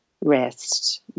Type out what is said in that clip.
rest